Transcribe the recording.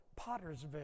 Pottersville